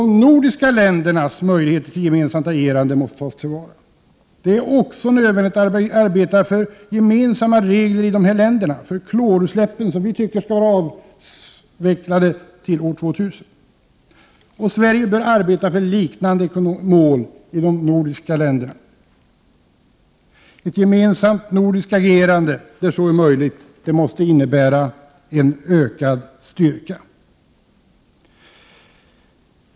De nordiska ländernas möjligheter till gemensamt agerande måste tas till vara. Det är också nödvändigt att i dessa länder arbeta för gemensamma regler för klorutsläpp, vilka vi tycker skall vara avvecklade till år 2000. Sverige bör arbeta för liknande mål även i de övriga nordiska länderna. Ett gemensamt nordiskt agerande där så är möjligt måste innebära ökad styrka.